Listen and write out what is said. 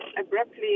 abruptly